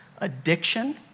addiction